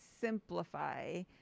simplify